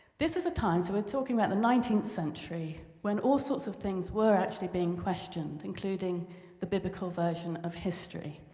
this was a time so we're talking about the nineteenth century when all sorts of things were actually being questioned, including the biblical version of history.